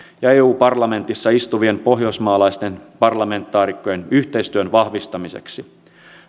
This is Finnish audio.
ja eu parlamentissa istuvien pohjoismaalaisten parlamentaarikkojen yhteistyön vahvistamiseksi